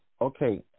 Okay